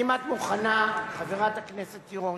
אם את מוכנה, חברת הכנסת תירוש,